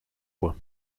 fois